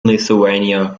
lithuania